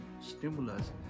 stimulus